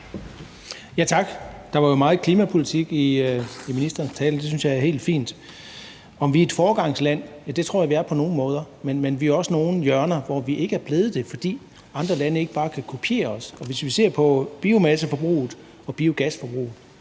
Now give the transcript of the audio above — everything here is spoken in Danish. Tak. Der var jo meget klimapolitik i ministerens tale, og det synes jeg er helt fint. I forhold til om vi er et foregangsland, vil jeg sige, at ja, det tror jeg at vi er på nogle måder. Men der er også nogle hjørner, hvor vi ikke er blevet det, fordi andre lande ikke bare kan kopiere os. Hvis vi ser på biomasseforbruget og biogasforbruget,